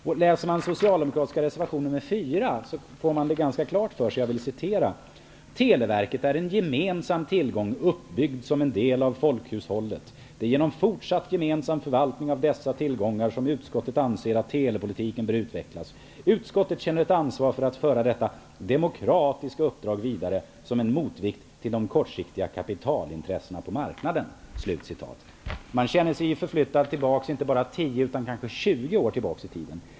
Man får detta klart för sig när man läser den socialdemokratiska reservationen nr 4: ''Televerket är en gemensam tillgång, uppbyggd som en del av folkhushållet. Det är genom fortsatt gemensam förvaltning av dessa tillgångar som utskottet anser att telepolitiken bör utvecklas. Utskottet känner ett ansvar för att föra detta demokratiska uppdrag vidare som en motvikt till de kortsiktiga kapitalintressena på marknaden.'' Man känner sig förflyttad inte bara 10 utan 20 år tillbaks i tiden.